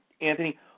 Anthony